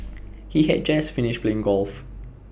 he had just finished playing golf